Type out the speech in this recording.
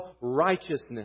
righteousness